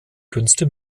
künste